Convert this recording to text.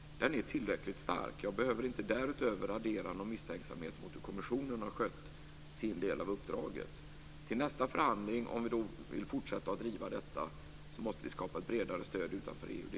Den är tillräckligt stark. Jag behöver inte därtill addera någon misstänksamhet mot hur kommissionen har skött sin del av uppdraget. Till nästa förhandling, om vi vill fortsätta att driva detta, måste vi skapa ett bredare stöd utanför EU.